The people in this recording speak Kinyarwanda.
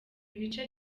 bice